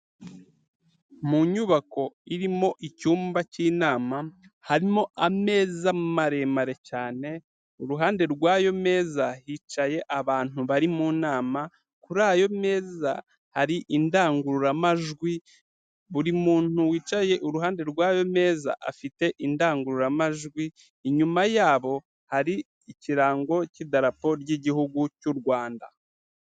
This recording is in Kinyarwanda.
Mu nyubako irimo icyumba k'inama, harimo ameza maremare cyane, uruhande rw'ayo meza hicaye abantu bari mu nama, kuri ayo meza hari indangururamajwi, buri muntu wicaye iruhande rw'ayo meza afite indangururamajwi, inyuma yabo hari ikirango cy'idarapo ry'Igihugu cy'u Rwanda.